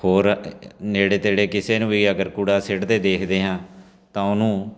ਹੋਰ ਨੇੜੇ ਤੇੜੇ ਕਿਸੇ ਨੂੰ ਵੀ ਅਗਰ ਕੂੜਾ ਸੁੱਟਦੇ ਦੇਖਦੇ ਹਾਂ ਤਾਂ ਉਹਨੂੰ